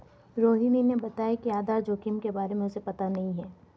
रोहिणी ने बताया कि आधार जोखिम के बारे में उसे पता नहीं है